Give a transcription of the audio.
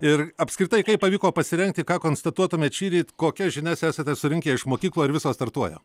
ir apskritai kaip pavyko pasirengti ką konstatuotumėt šįryt kokias žinias esate surinkę iš mokyklų ar visos startuoja